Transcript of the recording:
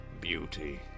beauty